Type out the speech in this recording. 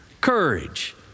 courage